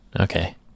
Okay